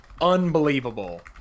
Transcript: unbelievable